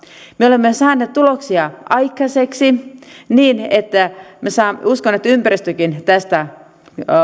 me olemme saaneet tuloksia aikaiseksi niin että uskon että ympäristökin